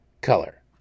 color